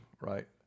right